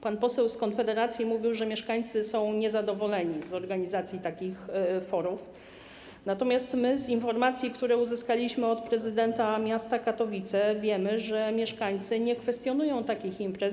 Pan poseł z Konfederacji mówił, że mieszkańcy są niezadowoleni z organizacji takich forów, natomiast my z informacji, które uzyskaliśmy od prezydenta miasta Katowice, wiemy, że mieszkańcy nie kwestionują takich imprez.